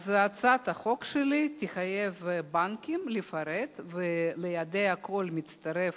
אז הצעת החוק שלי תחייב בנקים לפרט וליידע כל מצטרף